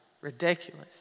ridiculous